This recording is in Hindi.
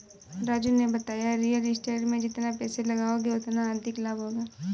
राजू ने बताया रियल स्टेट में जितना पैसे लगाओगे उतना अधिक लाभ होगा